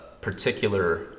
particular